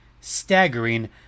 staggering